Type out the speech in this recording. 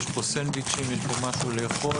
יש פה סנדוויצ'ים, יש פה משהו לאכול.